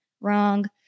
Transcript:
Wrong